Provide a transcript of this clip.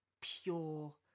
pure